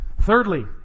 Thirdly